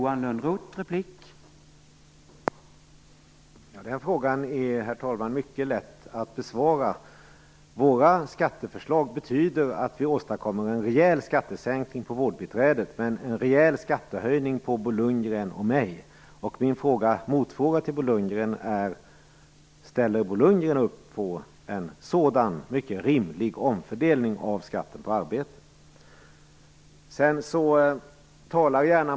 Herr talman! Den frågan är mycket lätt att besvara. Våra skatteförslag betyder att vi åstadkommer en rejäl skattesänkning för vårdbiträdet men en rejäl skattehöjning för Bo Lundgren och mig. Min motfråga till Bo Lundgren är: Ställer Bo Lundgren upp på en sådan mycket rimlig omfördelning av skatten på arbete?